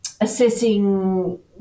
assessing